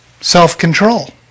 Self-control